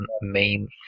main